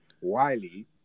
Wiley